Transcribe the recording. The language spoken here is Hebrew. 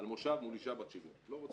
מושב מול אישה בת 70. לא רוצה.